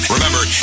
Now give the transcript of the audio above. Remember